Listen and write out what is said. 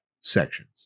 sections